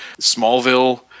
Smallville